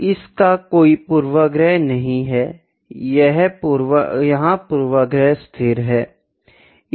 यहाँ इसका कोई पूर्वाग्रह नहीं है यहाँ पूर्वाग्रह स्थिर है